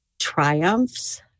triumphs